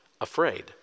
afraid